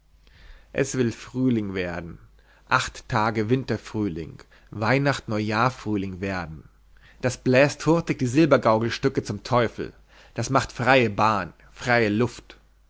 es will frühling werden acht tage winterfrühling weihnacht neujahr frühling werden das bläst hurtig die silbergaukelstücke zum teufel das macht freie bahn freie luft